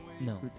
No